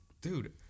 dude